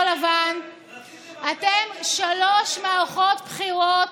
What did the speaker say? אתם שלוש מערכות בחירות